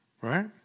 Right